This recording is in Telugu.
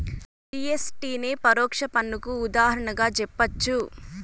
జి.ఎస్.టి నే పరోక్ష పన్నుకు ఉదాహరణగా జెప్పచ్చు